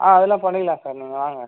ஆ அதெலாம் பண்ணிரலாம் சார் நீங்கள் வாங்க